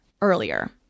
earlier